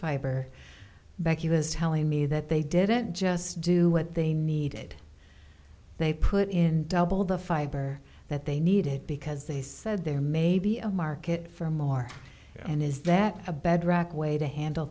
fiber back he was telling me that they didn't just do what they needed they put in double the fiber that they needed because they said there may be a market for more and is that a bedrock way to handle